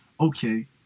okay